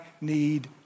need